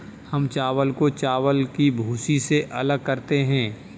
हम चावल को चावल की भूसी से अलग करते हैं